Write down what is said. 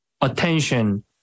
attention